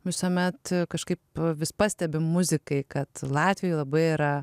visuomet kažkaip vis pastebim muzikai kad latvijoj labai yra